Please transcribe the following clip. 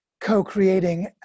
co-creating